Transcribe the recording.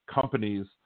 companies